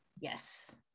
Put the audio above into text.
Yes